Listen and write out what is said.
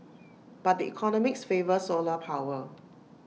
but the economics favour solar power